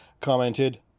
commented